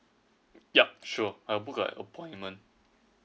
yup sure I'll book a an appointment